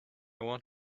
want